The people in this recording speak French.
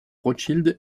rothschild